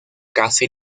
casi